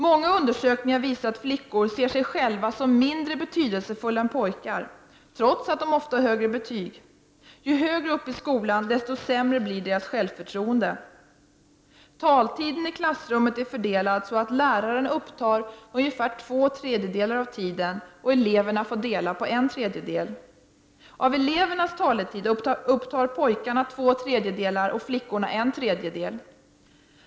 Många undersökningar visar att flickor ser sig själva som mindre betydelsefulla än pojkar, trots att de ofta har högre betyg — ju högre upp i skolan, desto sämre blir flickornas självförtroende. Taletiden i klassrummet är fördelad så, att läraren upptar ungefär två tred jedelar av tiden. Eleverna får dela på en tredjedel. Av elevernas taletid upptar pojkarna två tredjedelar och flickorna en tredjedel.